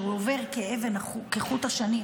שהיא עוברת כחוט השני,